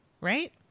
right